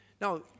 Now